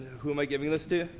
who am i giving this to?